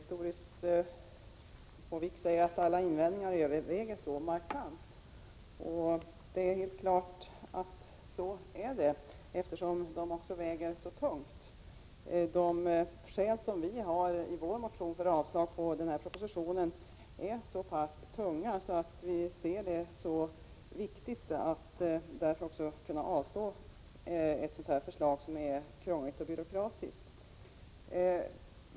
Herr talman! Doris Håvik säger att alla invändningar så markant överväger. Det är självklart eftersom de väger så tungt. I vår motion har vi så pass tunga skäl för avslag på denna proposition, eftersom vi anser det mycket viktigt att kunna avstå från ett förslag som är krångligt och byråkratiskt.